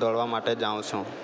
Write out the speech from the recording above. દોડવા માટે જાઉં છું